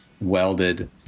welded